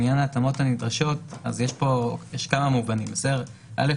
לעניין ההתאמות הנדרשות יש כמה מובנים: א',